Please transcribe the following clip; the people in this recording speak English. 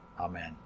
amen